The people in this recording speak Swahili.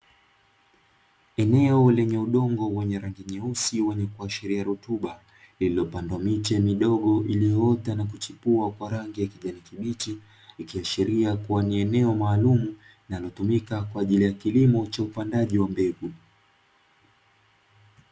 Eneo lenye udungu mwenye rangi nyeusi wenye kuashiria rutuba lililopanda miche midogo na kuchukua kwa rangi ya mechi ikiashiria kwenye eneo maalumu natumika kwa ajili ya kilimo cha upandaji wa mbegu.